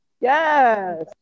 Yes